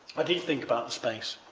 i did think about space?